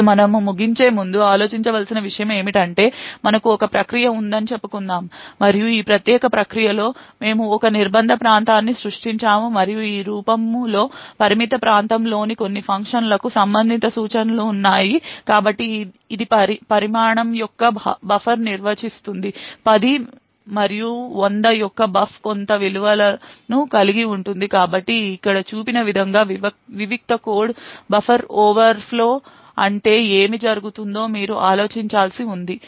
ఇప్పుడు మనము ముగించే ముందు ఆలోచించవలసిన విషయం ఏమిటి అంటే మనకు ఒక ప్రక్రియ ఉందని చెప్పుకుందాం మరియు ఈ ప్రత్యేక ప్రక్రియలో మేము ఒక నిర్బంధ ప్రాంతాన్ని సృష్టించాము మరియు ఈ రూపము లో పరిమిత ప్రాంతంలోని కొన్ని ఫంక్షన్లకు సంబంధిత సూచనలు ఉన్నాయి కాబట్టి ఇది పరిమాణం యొక్క బఫర్ను నిర్వచిస్తుంది 10మరియు 100 యొక్క బఫ్ కొంత విలువను కలిగి ఉంది కాబట్టి ఇక్కడ చూపిన విధంగా వివిక్త కోడ్లో బఫర్ ఓవర్ఫ్లో ఉంటే ఏమి జరుగుతుందో మీరు ఆలోచించాల్సి ఉంది